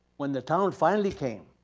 when the town finally came,